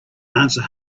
answer